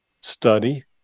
study